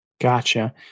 Gotcha